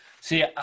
See